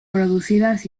producidas